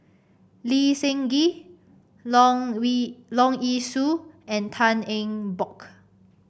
Lee Seng Gee Leong Leong Yee Soo and Tan Eng Bock